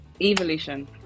Evolution